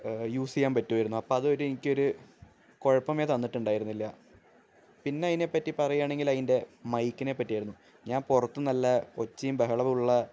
use ചെയ്യാൻ പറ്റുമായിരുന്നു അപ്പോള് അത് ഒരു എനിക്കൊരു കുഴപ്പമേ തന്നിട്ടുണ്ടായിരുന്നില്ല പിന്നെ അതിനെപ്പറ്റി പറയാണെങ്കിലതിന്റെ മൈക്കിനെ പറ്റിയായിരുന്നു ഞാൻ പുറത്ത് നല്ല ഒച്ചയും ബഹളവുമുള്ള